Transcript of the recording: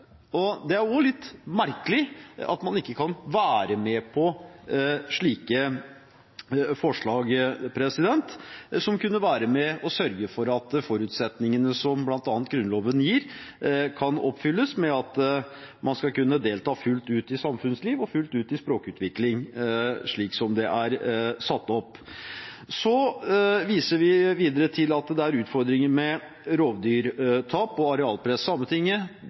Det er også litt merkelig at man ikke kan være med på slike forslag, som kunne være med og sørge for at forutsetningene som bl.a. Grunnloven gir, kan oppfylles, ved at man skal kunne delta fullt ut i samfunnsliv og fullt ut i språkutvikling, slik som det er satt opp. Så viser vi videre til at det er utfordringer med rovdyrtap og arealpress. Sametinget